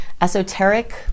esoteric